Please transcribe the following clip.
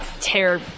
tear